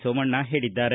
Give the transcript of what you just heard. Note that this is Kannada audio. ಸೋಮಣ್ಣ ಹೇಳಿದ್ದಾರೆ